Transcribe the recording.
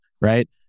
right